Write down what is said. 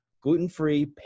gluten-free